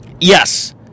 Yes